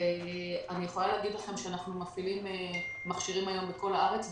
ואני יכולה להגיד לכם שאנחנו מפעילים מכשירים בכל הארץ.